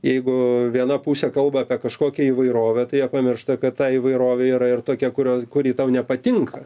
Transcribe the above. jeigu viena pusė kalba apie kažkokią įvairovę tai jie pamiršta kad ta įvairovė yra ir tokia kurio kuri tau nepatinka